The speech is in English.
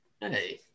Hey